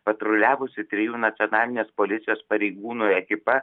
patruliavusi trijų nacionalinės policijos pareigūnų ekipa